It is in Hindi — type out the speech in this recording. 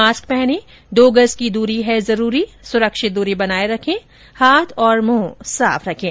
मास्क पहनें दो गज की दूरी है जरूरी सुरक्षित दूरी बनाए रखें हाथ और मुंह साफ रखें